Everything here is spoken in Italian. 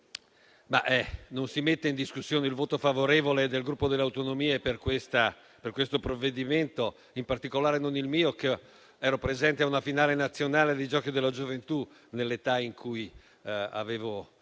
non si mette in discussione il voto favorevole del Gruppo Per le Autonomie per questo provvedimento, in particolare non il mio, visto che ero presente a una finale nazionale dei Giochi della gioventù nell'età in cui avevo